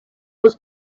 was